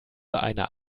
einer